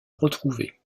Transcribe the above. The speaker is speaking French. retrouver